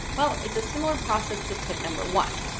well, it's a similar process to tip number one.